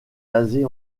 basées